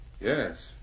Yes